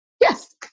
yes